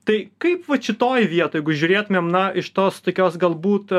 tai kaip vat šitoj vietoj jeigu žiūrėtumėm na iš tos tokios galbūt